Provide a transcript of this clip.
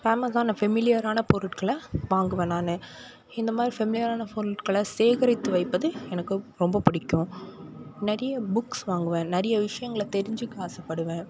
ஃபேமஸான ஃபெமிலியரான பொருட்களை வாங்குவேன் நான் இந்த மாதிரி ஃபெமிலியரான பொருட்களை சேகரித்து வைப்பது எனக்கு ரொம்ப பிடிக்கும் நிறைய புக்ஸ் வாங்குவேன் நிறைய விஷயங்களை தெரிஞ்சிக்க ஆசைப்படுவேன்